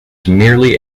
merely